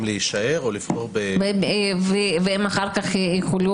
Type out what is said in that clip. אם להישאר או לבחור ב --- והם אחר כך יוכלו